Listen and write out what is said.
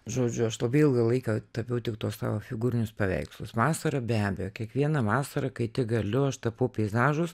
žodžiu aš labai ilgą laiką tapiau tik tuos savo figūrinius paveikslus vasarą be abejo kiekvieną vasarą kai tik galiu aš tapau peizažus